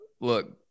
Look